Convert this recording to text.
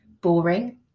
boring